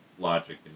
logic